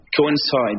coincide